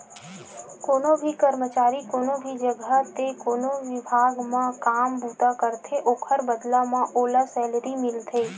कोनो भी करमचारी कोनो भी जघा ते कोनो बिभाग म काम बूता करथे ओखर बदला म ओला सैलरी मिलथे